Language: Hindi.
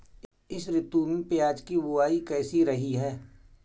इस ऋतु में प्याज की बुआई कैसी रही है?